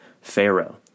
Pharaoh